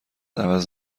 عوض